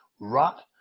rot